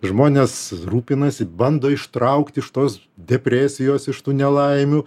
žmonės rūpinasi bando ištraukti iš tos depresijos iš tų nelaimių